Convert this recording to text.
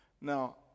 now